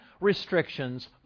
restrictions